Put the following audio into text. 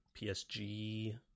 psg